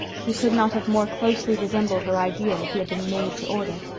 he could not have more closely resembled her ideal if he had been made to order.